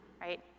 right